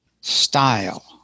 style